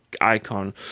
Icon